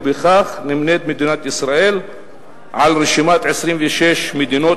ובכך נמנית מדינת ישראל עם רשימת 26 מדינות